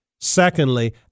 Secondly